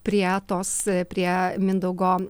prie tos prie mindaugo